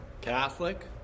Catholic